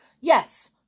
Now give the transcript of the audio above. Yes